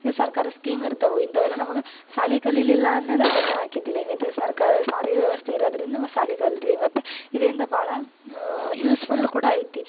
ಇದು ಸರ್ಕಾರದ ಸ್ಕೀಮ್ ಇರ್ತವೆ ಇಂಥವೆಲ್ಲ ನಮಗೆ ಶಾಲಿ ಕಲಿಲಿಲ್ಲ ಅನ್ಯಂದ್ರೆ ಗೊತ್ತ ಆಗಿದ್ದಿಲ್ಲ ಏನೈತೆ ಸರ್ಕಾರ ಸಾರಿಗೆ ವ್ಯವಸ್ಥೆ ಇರೋದ್ರಿಂದ ನಮಗೆ ಶಾಲಿ ಕಲಿತ್ವಿ ಮತ್ತೆ ಇದರಿಂದ ಭಾಳ ಯೂಸ್ಫುಲ್ ಕೂಡ ಐತೆ